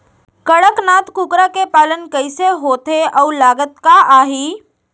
कड़कनाथ कुकरा के पालन कइसे होथे अऊ लागत का आही?